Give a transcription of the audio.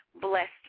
Blessed